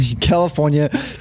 California